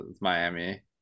Miami